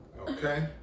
okay